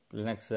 Linux